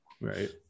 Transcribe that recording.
Right